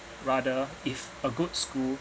rather if a good school